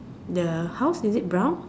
the house is it brown